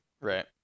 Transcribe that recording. Right